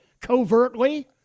covertly